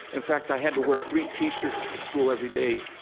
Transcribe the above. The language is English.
in fact, i had to wear three t-shirts to school every day.